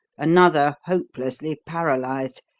another hopelessly paralysed,